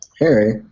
Harry